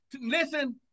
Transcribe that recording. Listen